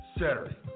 Saturday